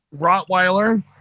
rottweiler